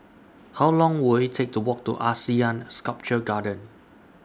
How Long Will IT Take to Walk to Asean Sculpture Garden